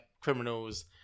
criminals